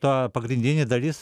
ta pagrindinė dalis